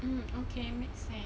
mm okay make sense